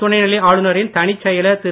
துணைநிலை ஆளுநரின் தனிச்செயலர் திரு